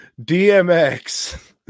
DMX